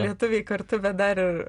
lietuviai kartu bet dar ir